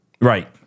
Right